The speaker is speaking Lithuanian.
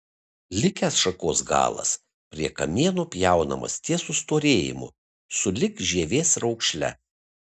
likęs šakos galas prie kamieno pjaunamas ties sustorėjimu sulig žievės raukšle